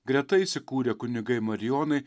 greta įsikūrė kunigai marijonai